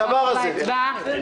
להצעת החוק הזו.